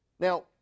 Now